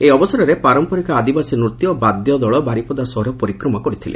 ଏହି ଅବସରରେ ପାରମ୍ପରିକ ଆଦିବାସୀ ନୂତ୍ୟ ଓ ବାଦ୍ୟ ଦଳ ବାରିପଦା ସହର ପରିକ୍ରମା କରିଥିଲେ